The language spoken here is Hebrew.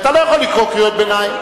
אתה לא יכול לקרוא קריאות ביניים.